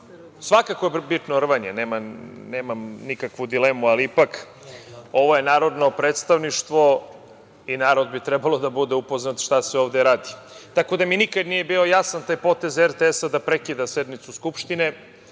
svakako je bitno rvanje. Nemam nikakvu dilemu, ali ipak ovo je narodno predstavništvo i narod bi trebao da bude upoznat šta se ovde radi. Tako da mi nikad nije bio jasan taj potez RTS da prekida sednicu Skupštine,